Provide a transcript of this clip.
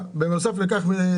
בקבוק מים של 330